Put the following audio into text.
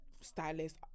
stylist